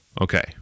Okay